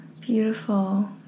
beautiful